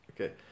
okay